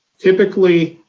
typically,